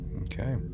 Okay